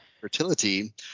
fertility